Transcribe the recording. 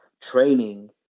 training